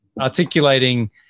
articulating